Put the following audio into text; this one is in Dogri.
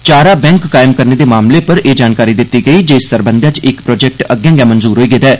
चारा बैंक कायम करने दे मामले उप्पर एह जानकारी दित्ती गेई जे इस सरबंधै च इक प्रोजेक्ट अग्गे गै मंजूर होई गेदा ऐ